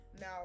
Now